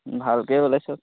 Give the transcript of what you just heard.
ভালকেই ওলাইছে